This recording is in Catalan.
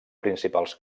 principals